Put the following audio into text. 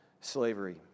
slavery